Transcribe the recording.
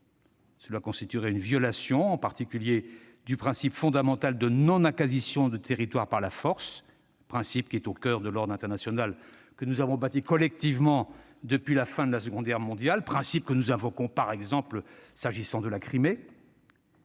Elle constituerait une violation en particulier du principe fondamental de non-acquisition de territoire par la force, principe qui est au coeur de l'ordre international que nous avons bâti collectivement depuis la fin de la Seconde Guerre mondiale, principe que nous invoquons, par exemple, s'agissant de la Crimée.